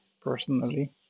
personally